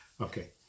Okay